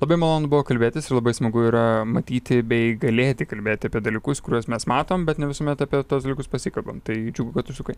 labai malonu buvo kalbėtis ir labai smagu yra matyti bei galėti kalbėti apie dalykus kuriuos mes matom bet ne visuomet apie tuos dalykus pasikalbam tai džiugu kad užsukai